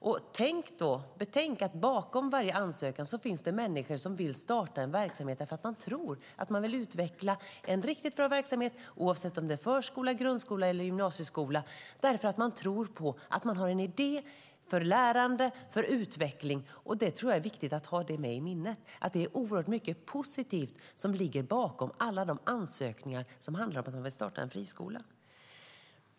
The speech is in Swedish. Betänk då att bakom alla ansökningar finns det människor som vill starta och utveckla en riktigt bra verksamhet, oavsett om det är förskola, grundskola eller gymnasieskola, därför att man har en idé för lärande och utveckling. Jag tror att det är viktigt att ha i minne att det är oerhört mycket positivt som ligger bakom alla de ansökningar som handlar om att man vill starta en friskola.